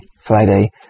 Friday